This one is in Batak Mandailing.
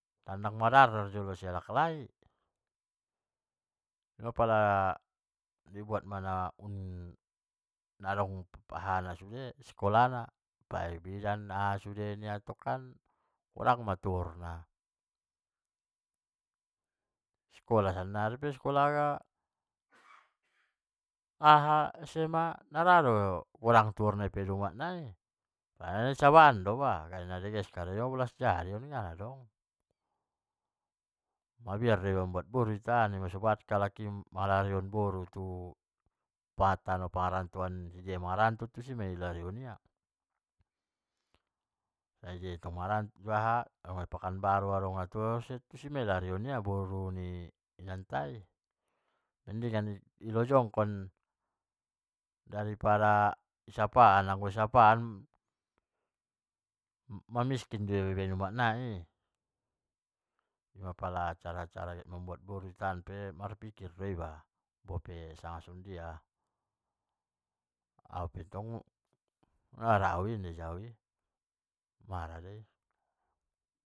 Tandang ma dar-dar do iaba sebagai laklai. in ma apala di buat na pala adong sikolah na, baen na bidan na aha sude tong kan godang ma tuhorna, sikola pe sannari sikola SMA nara do godang tuhor na pangido umak nai, padahal andisabaan o ba nai najeges karejona, on nadong mabiar do iba mambuat boru dihita an, makana genan do halak i mangalarihon boru bahat tu tano pangarantoan an, tudia ia mangaranto tusi ma ilarihon ia, tudia ia tong mangaranto adong na tu pakanbaru tusi ma i larihon ia, boru ni inang tai. mendingan i lojongkon dari pada i sapaan, anggo isapaan mamiskin do iba ibaen umak nai i, in ma pala mambuat boru iba di hutaan marpikir do iba, au pettong nda ra au i.